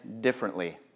differently